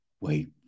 wait